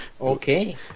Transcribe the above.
Okay